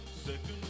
Second